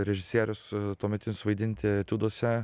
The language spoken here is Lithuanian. režisierius tuometinius vaidinti etiuduose